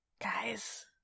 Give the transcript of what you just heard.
Guys